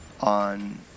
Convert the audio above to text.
on